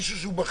בכיר.